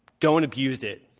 don't abuse it.